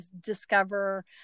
discover